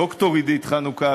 ד"ר עידית חנוכה,